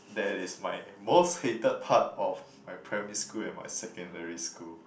that is my most hated part of my primary school and my secondary school